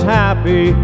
happy